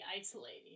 isolating